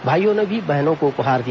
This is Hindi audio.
भाईयों ने भी बहनों को उपहार दिया